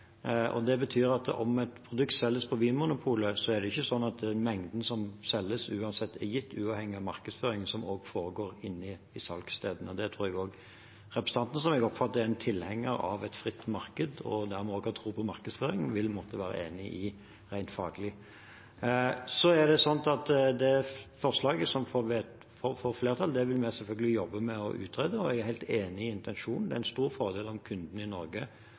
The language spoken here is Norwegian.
markedsføringen, som også foregår inne på salgsstedene. Det tror jeg også representanten, som jeg oppfatter er en tilhenger av et fritt marked og dermed også har tro på markedsføring, rent faglig vil måtte være enig i. Så er det slik at det forslaget som får flertall, vil vi selvfølgelig jobbe med å utrede. Og jeg er enig i intensjonen: Det er en stor fordel om kundene i Norge